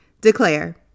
Declare